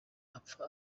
apfa